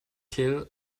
kill